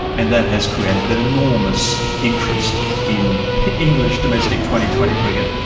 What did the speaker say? and that has created an enormous interest in english domestic twenty twenty cricket,